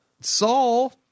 Saul